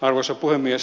arvoisa puhemies